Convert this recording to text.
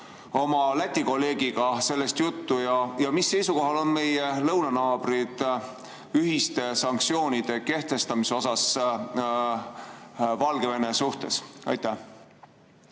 oma Läti kolleegiga sellest juttu? Ja mis seisukohal on meie lõunanaabrid ühiste sanktsioonide kehtestamises Valgevene suhtes? Suur